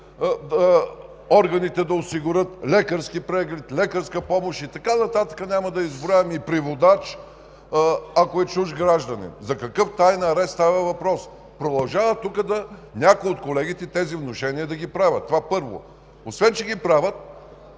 органите да осигурят лекарски преглед, лекарска помощ и така нататък, няма да изброявам, и преводач, ако е чужд гражданин. За какъв таен арест става въпрос? Продължават тук някои от колегите да правят тези внушения. Това, първо. Освен че ги правят,